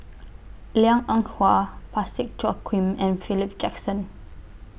Liang Eng Hwa Parsick Joaquim and Philip Jackson